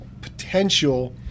potential –